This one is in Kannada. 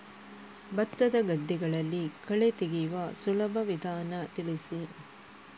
ಭತ್ತದ ಗದ್ದೆಗಳಲ್ಲಿ ಕಳೆ ತೆಗೆಯುವ ಸುಲಭ ವಿಧಾನ ತಿಳಿಸಿ?